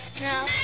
No